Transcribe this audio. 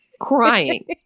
crying